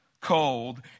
cold